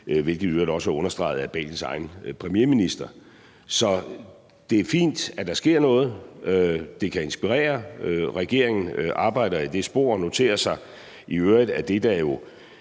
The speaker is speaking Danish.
hvilket i øvrigt også er understreget af Albaniens egen premierminister. Så det er fint, at der sker noget. Det kan inspirere. Regeringen arbejder i det spor og noterer sig i øvrigt, at det historisk